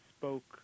spoke